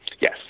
Yes